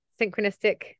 synchronistic